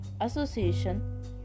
association